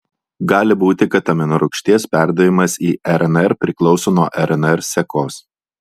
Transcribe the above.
gali būti kad aminorūgšties perdavimas į rnr priklauso nuo rnr sekos